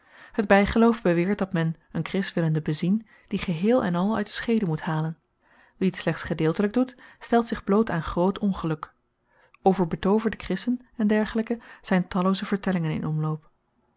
het bygeloof beweert dat men n kris willende bezien die geheel-en-al uit de schede moet halen wie t slechts gedeeltelyk doet stelt zich bloot aan groot ongeluk over betooverde krissen e d zyn tallooze vertellingen in omloop